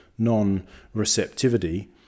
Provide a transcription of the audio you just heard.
non-receptivity